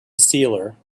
sealer